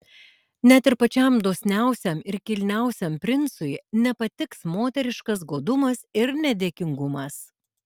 net ir pačiam dosniausiam ir kilniausiam princui nepatiks moteriškas godumas ir nedėkingumas